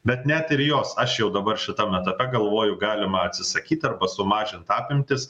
bet net ir jos aš jau dabar šitame etape galvoju galima atsisakyt arba sumažint apimtis